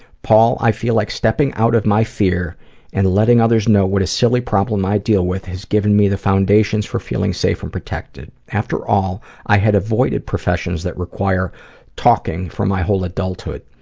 paul, i feel like stepping out of my fear and letting others know what a silly problem i deal with has given me the foundations for feeling safe and protected after all i had avoided profession that required talking for my whole adulthood.